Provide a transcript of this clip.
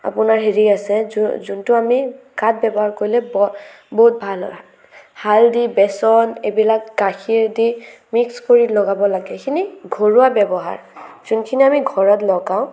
আপোনাৰ হেৰি আছে যোন যোনটো আমি গাত ব্যৱহাৰ কৰিলে বহু বহুত ভাল হয় হালধি বেচন এইবিলাক গাখীৰ দি মিক্স কৰি লগাব লাগে এইখিনি ঘৰুৱা ব্যৱহাৰ যোনখিনি আমি ঘৰত লগাও